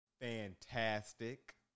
fantastic